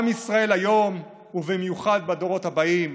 עם ישראל היום, ובמיוחד בדורות הבאים,